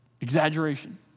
Exaggeration